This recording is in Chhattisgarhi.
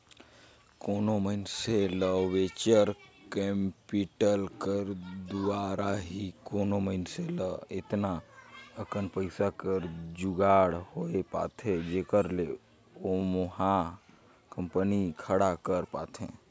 कोनो मइनसे ल वेंचर कैपिटल कर दुवारा ही कोनो मइनसे ल एतना अकन पइसा कर जुगाड़ होए पाथे जेखर ले ओहा कंपनी खड़ा कर पाथे